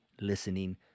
listening